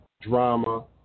drama